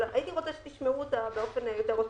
אבל הייתי רוצה שתשמעו אותה באופן יותר אותנטי.